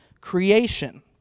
creation